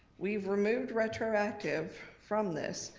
we've removed retroactive from this.